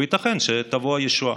וייתכן שתבוא הישועה.